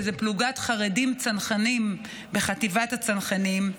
שזה פלוגת חרדים צנחנים בחטיבת הצנחנים.